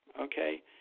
Okay